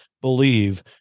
believe